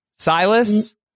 Silas